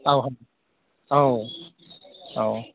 औ औ औ